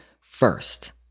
first